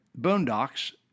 boondocks